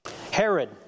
Herod